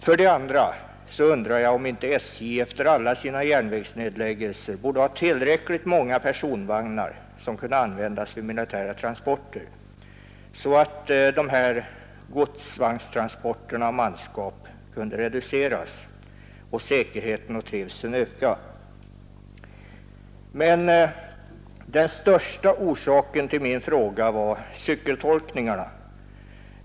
Vidare undrar jag om inte SJ efter alla sina järnvägsnedläggelser borde ha tillräckligt många personvagnar som skulle kunna användas till militära transporter, så att godsvagnstransporterna av manskap kunde reduceras och säkerheten och trivseln öka. Men den främsta orsaken till min fråga var cykeltolkningarna.